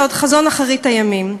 זה חזון אחרית הימים.